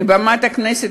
מבמת הכנסת,